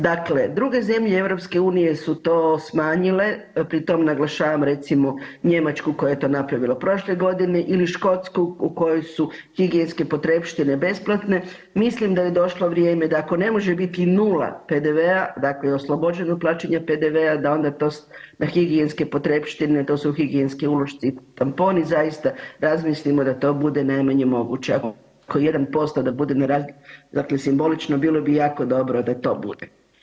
Dakle, druge zemlje EU su to smanjile, pri tom naglašavam, recimo Njemačku koja je to napravila prošle godine ili Škotsku u kojoj su higijenske potrepštine besplatne, mislim da je došlo vrijeme da ako ne može biti nula PDV-a, dakle oslobođeno od plaćanja PDV-a, da onda to na higijenske potrepštine, to su higijenski ulošci i tamponi, zaista razmislimo da to bude najmanje moguće ... 1% da bude na ... dakle simbolično, bilo bi jako dobro da to bude.